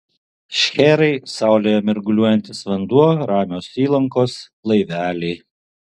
šcherai saulėje mirguliuojantis vanduo ramios įlankos laiveliai